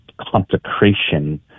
consecration